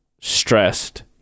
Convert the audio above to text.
stressed